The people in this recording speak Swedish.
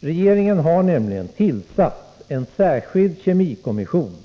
Regeringen har nämligen tillsatt en särskild kemikommission